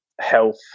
health